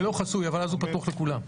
אבל אז הוא פתוח לכולם.